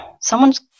Someone's